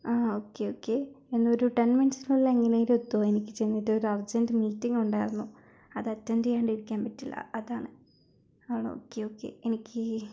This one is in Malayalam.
അ ഓക്കെ ഓക്കെ എന്നാൽ ഒരു ടെൻ മിനിറ്റ്സിനുള്ളിൽ എങ്ങനേലും എത്തുമോ ചെന്നിട്ട് ഒരു അർജന്റ് മീറ്റിങ് ഉണ്ടായിരുന്നു അതറ്റന്റെയ്യാണ്ടിരിക്കാൻ പറ്റില്ല അതാണ് ഓക്കെ ഓക്കെ എനിക്ക്